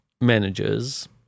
managers